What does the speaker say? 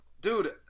dude